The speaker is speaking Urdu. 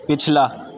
پچھلا